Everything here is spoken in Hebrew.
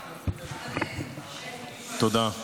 תודה.